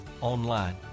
online